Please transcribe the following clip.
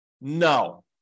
No